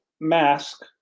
mask